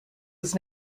was